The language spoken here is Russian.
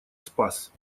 спас